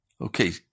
Okay